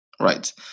Right